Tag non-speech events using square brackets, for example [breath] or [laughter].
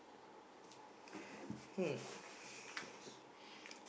hmm [breath]